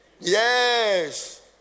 Yes